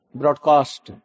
broadcast